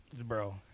Bro